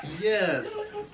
Yes